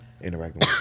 interacting